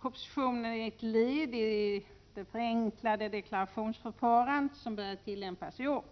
Propositionen är ett led i det förenklade deklarationsförfarandet, som började tillämpas i år.